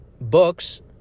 books